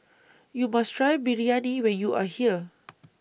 YOU must Try Biryani when YOU Are here